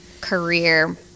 career